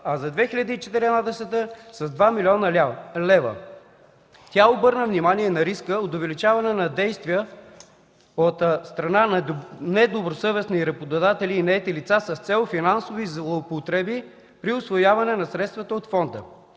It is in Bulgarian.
а за 2014 г. с 2 млн. лв. Тя обърна внимание и на риска от увеличаване на действия от страна на недобросъвестни работодатели и наети лица с цел финансови злоупотреби при усвояване на средствата от фонда.